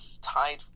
tied